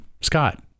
Scott